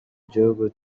gihugu